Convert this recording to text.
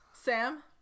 Sam